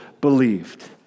believed